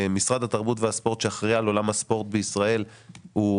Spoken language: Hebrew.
משרד התרבות והספורט שאחראי על עולם הספורט בישראל הוא